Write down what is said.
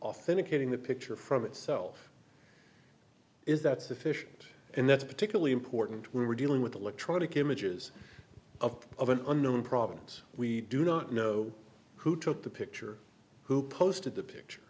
authenticating the picture from itself is that sufficient and that's particularly important we were dealing with electronic images of of an unknown provenance we do not know who took the picture who posted the picture